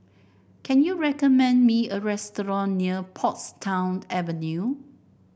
can you recommend me a restaurant near Portsdown Avenue